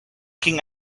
king